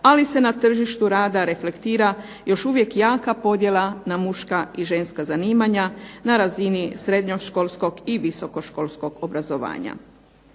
ali se na tržištu rada reflektira još uvijek jaka podjela na muška i ženska zanimanja na razini srednjoškolskog i visokoškolskog obrazovanja.